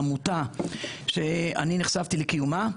עמותה שאני נחשפתי לקיומה,